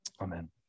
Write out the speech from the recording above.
Amen